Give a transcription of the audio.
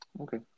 Okay